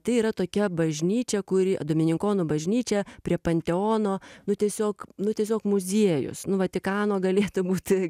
tai yra tokia bažnyčia kuri dominikonų bažnyčia prie panteono nu tiesiog nu tiesiog muziejus nu vatikano galėtų būti